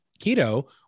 keto